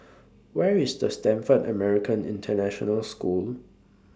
Where IS The Stamford American International School